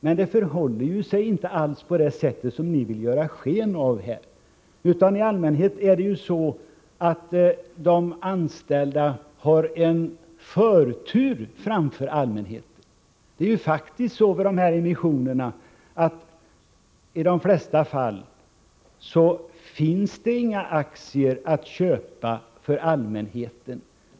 Men det förhåller sig inte alls på det sätt som ni vill ge sken av. I allmänhet har de anställda förtur före allmänheten. Vid de här emissionerna finns det faktiskt i de flesta fall inga aktier att köpa för allmänheten.